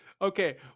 Okay